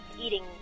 eating